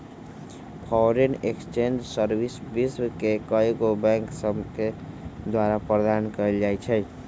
foreign exchange service विश्व के कएगो बैंक सभके द्वारा प्रदान कएल जाइ छइ